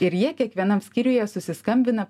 ir jie kiekvienam skyriuje susiskambina